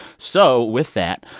so with that,